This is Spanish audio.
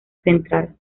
central